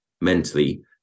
mentally